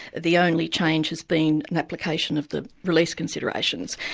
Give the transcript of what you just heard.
the only change has been an application of the release considerations.